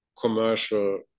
commercial